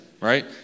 right